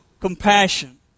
compassion